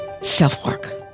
self-work